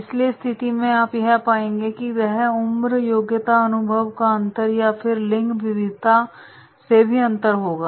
इसलिए स्थिति में आप यह पाएंगे कि वाह उम्र योग्यता अनुभव का अंतर या फिर लिंग विविधता से भी अंतर होगा